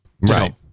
Right